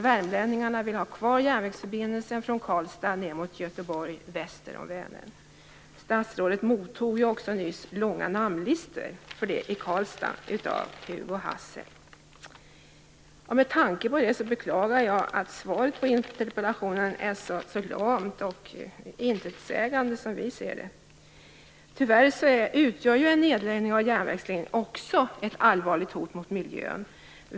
Värmlänningarna vill ha kvar järnvägsförbindelsen från Karlstad väster om Vänern ned mot Göteborg. Statsrådet mottog nyss långa namnlistor om detta i Karlstad av Hugo Hassel. Med tanke på detta beklagar jag att svaret på interpellationen är så lamt och intetsägande, som vi ser det. Tyvärr utgör en nedläggning av järnvägslinjen också ett allvarligt hot mot miljön.